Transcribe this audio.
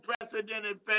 unprecedented